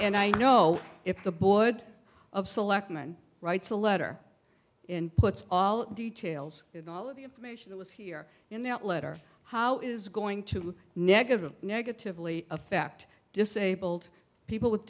and i know if the board of selectmen writes a letter and puts all the details in all of the information that was here in the letter how it is going to negative negatively affect disabled people with